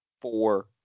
Four